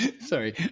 sorry